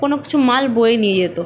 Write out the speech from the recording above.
কোনো কিছু মাল বয়ে নিয়ে যেত